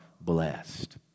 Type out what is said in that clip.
blessed